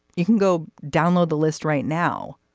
you can go download the list right now.